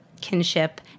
kinship